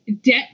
Debt